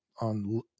on